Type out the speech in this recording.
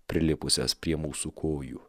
prilipusias prie mūsų kojų